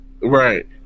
Right